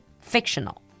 fictional